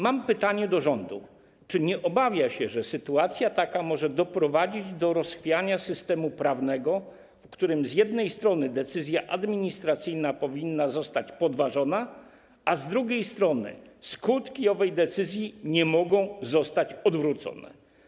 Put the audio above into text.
Mam pytanie do rządu, czy nie obawia się, że sytuacja taka może doprowadzić do rozchwiania systemu prawnego, w którym z jednej strony decyzja administracyjna powinna zostać podważona, a z drugiej strony skutki owej decyzji nie mogą zostać odwrócone.